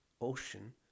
ocean